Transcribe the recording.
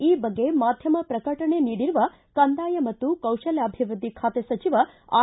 ಈ ಬಗ್ಗೆ ಮಾಧ್ಯಮ ಪ್ರಕಟಣೆ ನೀಡಿರುವ ಕಂದಾಯ ಮತ್ತು ಕೌಶಲ್ಯಾಭಿವೃದ್ಧಿ ಖಾತೆ ಸಚಿವ ಆರ್